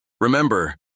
Remember